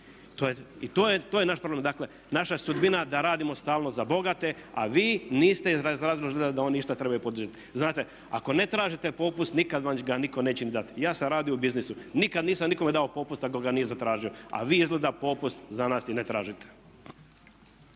I to je naš problem, dakle naša sudbina da radimo stalno za bogate a vi niste izrazili želju da oni išta trebaju poduzeti. Znate ako ne tražite popust nikada vam ga nitko neće ni dati. Ja sam radio u biznisu, nikada nisam nikome dao popust ako ga nije zatražio a vi izgleda popust za nas ni ne tražite.